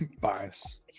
bias